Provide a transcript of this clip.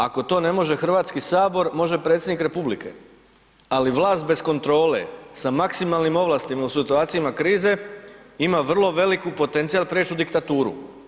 Ako to ne može Hrvatski sabor može predsjednik Republike, ali vlast bez kontrole sa maksimalnim ovlastima u situacijama krize ima vrlo veliki potencijal da kreće u diktaturu.